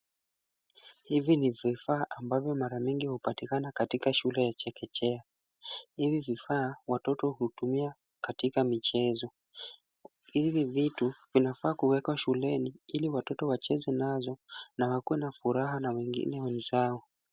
Hivi ni vifaa ambavyo mara mingi hupatikana katika shule ya chekechea. Hivi vifaa, watoto hutumia katika michezo. Hivi vitu vinafaa kuwekwa shuleni ili watoto wacheze nazo na wakuwe na furaha na wengine wenzao.